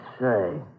say